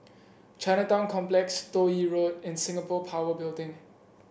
Chinatown Complex Toh Yi Road and Singapore Power Building